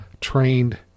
trained